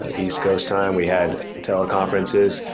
ah east coast time. we had teleconferences.